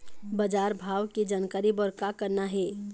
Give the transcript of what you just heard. बजार भाव के जानकारी बर का करना हे?